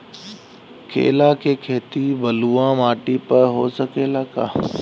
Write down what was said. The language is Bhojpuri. केला के खेती बलुआ माटी पर हो सकेला का?